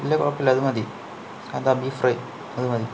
ഇല്ല കുഴപ്പമില്ല അതു മതി അതാ ബീഫ് ഫ്രൈ അതു മതി